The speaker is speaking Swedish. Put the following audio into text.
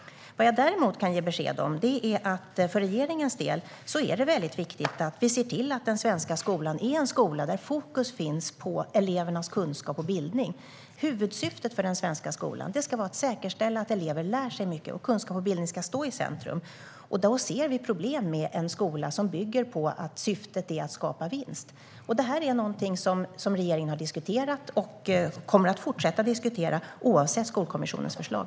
Vad jag däremot kan ge besked om är att det för regeringens del är väldigt viktigt att den svenska skolan är en skola där fokus ligger på elevernas kunskap och bildning. Huvudsyftet för den svenska skolan ska vara att säkerställa att elever lär sig mycket, och kunskap och bildning ska stå i centrum. Då ser vi problem med en skola som bygger på att syftet är att skapa vinst. Detta är något som regeringen har diskuterat och kommer att fortsätta diskutera oavsett Skolkommissionens förslag.